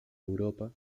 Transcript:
europa